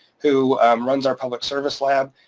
who runs our public service lab,